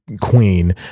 queen